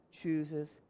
chooses